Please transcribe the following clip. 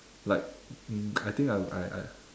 like um I think I I I I